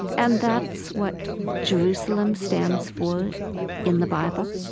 and that's what jerusalem stands for in the bible.